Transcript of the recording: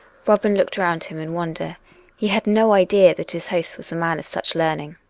robin looked round him in wonder he had no idea that his host was a man of such learning.